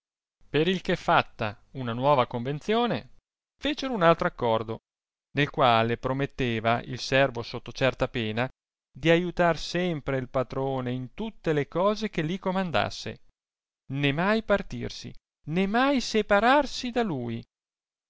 per il che fatta una nuova convenzione fecero un altro accordo nel quale prometteva il servo sotto certa pena di aiutar sempre il patrone in tutte le cose che li comandasse né mai partirsi ne mai separarsi da lui